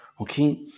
Okay